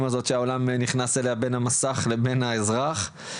הזאת שהעולם נכנס אליה בין במסך לבין האזרח.